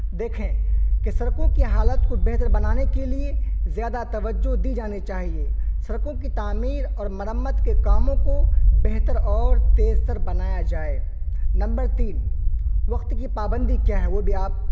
دیکھیں کہ سڑکوں کی حالت کو بہتر بنانے کے لیے زیادہ توجہ دی جانی چاہیے سڑکوں کی تعمیر اور مرمت کے کاموں کو بہتر اور تیز تر بنایا جائے نمبر تین وقت کی پابندی کیا ہے وہ بھی آپ